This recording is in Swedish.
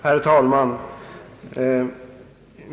Herr talman!